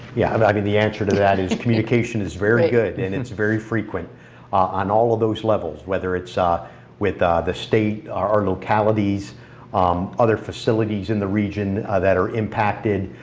yeah but i mean the answer to that is, communication is very good and it's very frequent on all of those levels, whether it's ah with um the state, our localities other facilities in the region that are impacted,